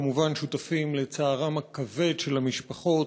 כמובן שותפים לצערן הכבד של המשפחות,